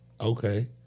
Okay